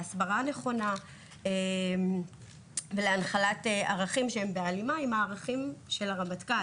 להסברה נכונה ולהנחלת ערכים שנמצאים בהלימה עם הערכים של הרמטכ"ל,